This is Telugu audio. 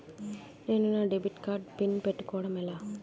నేను నా డెబిట్ కార్డ్ పిన్ పెట్టుకోవడం ఎలా?